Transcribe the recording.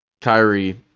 Kyrie